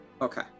Okay